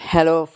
Hello